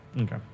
Okay